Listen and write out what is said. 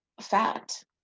fat